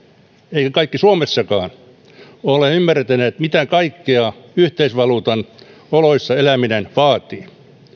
eivät kaikki suomessakaan ole ymmärtäneet mitä kaikkea yhteisvaluutan oloissa eläminen vaatii